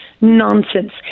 nonsense